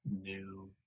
new